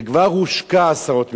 וכבר הושקעו עשרות מיליונים,